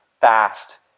fast